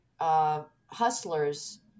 hustlers